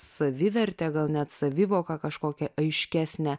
savivertę gal net savivoką kažkokią aiškesnę